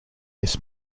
this